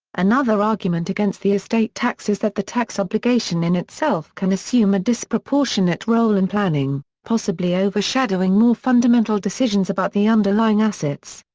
another argument against the estate tax is that the tax obligation in itself can assume a disproportionate role in planning, possibly overshadowing more fundamental decisions about the underlying assets.